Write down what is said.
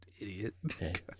idiot